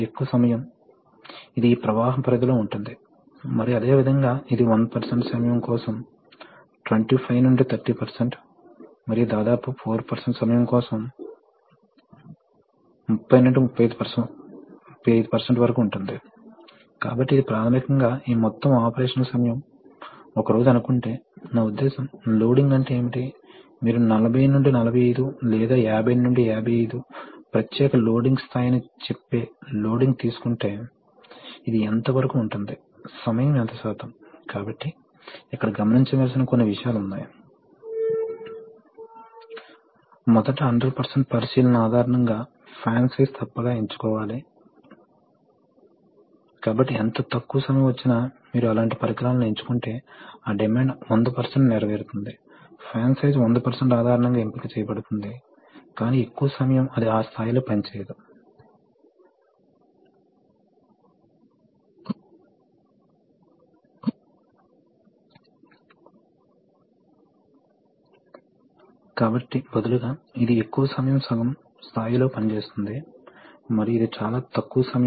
అప్పుడు మీరు గాలిని త్వరగా సరఫరా చేయవచ్చని మీరు కోరుకుంటారు త్వరగా చాలా గాలిని సిలిండర్ చాంబర్ కు సరఫరా చేయవచ్చు తద్వారా త్వరగా ప్రెషర్ పెరుగుతుంది మరియు సిలిండర్ కదలడం మొదలవుతుంది ఇప్పుడు దీనికి చాలా ప్రెషర్ ఉంది ప్రాథమిక సమస్య ఎందుకంటే కంప్రెషర్ పరికరాలు ఇవి ప్రెస్సురైజ్డ్ గాలి యొక్క స్థిరమైన సోర్స్ ని సృష్టించగలవు అయితే పెద్ద మొత్తంలో గాలి యొక్క తక్షణ సరఫరా కంప్రెసర్ నుండి సరఫరా చేయబడదు కాబట్టి ఆ పరిస్థితిలో అక్క్యూమ్లేటర్ అమలులోకి వస్తుంది మరియు అటువంటి పరిస్థితిలో పెద్ద మొత్తంలో గాలి నేరుగా అక్క్యూమ్లేటర్ నుండి రావచ్చు మరియు తరువాత అక్క్యూమ్లేటర్ నెమ్మదిగా కంప్రెసర్ చేత నింపబడుతుంది కాబట్టి ఇది సిస్టమ్ రెస్పాన్స్ ను చాలా మెరుగుపరుస్తుంది కాబట్టి న్యూమాటిక్ కంట్రోల్ సిస్టమ్స్ లో అక్క్యూమ్యులేటర్లు చాలా అవసరం